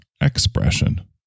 expression